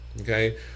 Okay